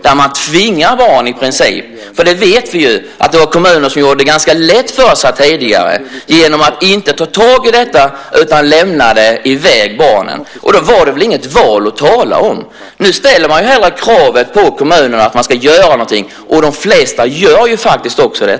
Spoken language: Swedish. Då tvingar man i princip barn dit. Vi vet att det var kommuner som gjorde det ganska lätt för sig tidigare genom att inte ta tag i det utan i stället lämnade i väg barnen. Det var väl inget val att tala om. Nu ställer man hellre kravet på kommunerna att de ska göra någonting, och de flesta gör faktiskt också det.